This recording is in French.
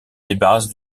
débarrasse